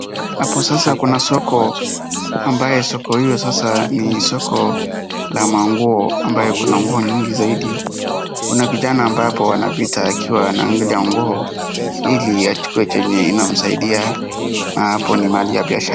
Hapo sasa kuna soko ambaye soko hiyo sasa ni soko la manguo ambaye kuna nguo nyingi zaidi. Kuna kijana ambaye hapo anapita akiwa anangalia nguo ili achukue chenye inamsaidia na hapo ni mahali ya biashara.